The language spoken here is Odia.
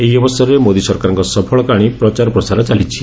ଏହି ଅବସରରେ ମୋଦି ସରକାରଙ୍କ ସଫଳ କାହାଶୀ ପ୍ରଚାର ପ୍ରସାର ଚାଲିଛି